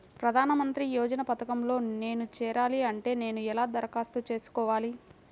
ప్రధాన మంత్రి యోజన పథకంలో నేను చేరాలి అంటే నేను ఎలా దరఖాస్తు చేసుకోవాలి?